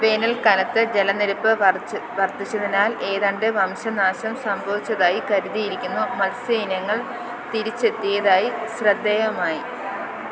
വേനൽക്കാലത്ത് ജലനിരപ്പ് വർധിച്ചതിനാൽ ഏതാണ്ട് വംശനാശം സംഭവിച്ചതായി കരുതിയിരിക്കുന്നു മത്സ്യ ഇനങ്ങൾ തിരിച്ചെത്തിയതായി ശ്രദ്ധേയമായി